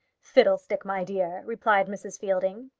fiddlestick, my dear, replied mrs. fielding.